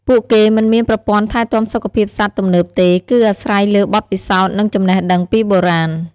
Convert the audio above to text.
ពួកគេមិនមានប្រព័ន្ធថែទាំសុខភាពសត្វទំនើបទេ គឺអាស្រ័យលើបទពិសោធន៍និងចំណេះដឹងពីបុរាណ។